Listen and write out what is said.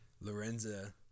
lorenza